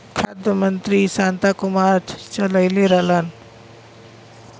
खाद्य मंत्री शांता कुमार चललइले रहलन